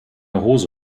hose